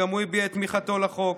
שהביע גם הוא את תמיכתו בחוק.